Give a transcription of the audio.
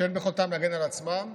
שאין ביכולתם להגן על עצמם.